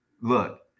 look